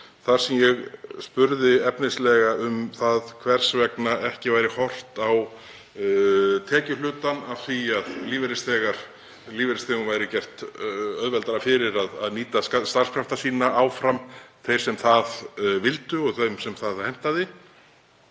Ég spurði efnislega um það hvers vegna ekki væri horft á tekjuhlutann af því að lífeyrisþegum væri gert auðveldara fyrir að nýta starfskrafta sína áfram, þeir sem það vildu og þeim sem það hentaði.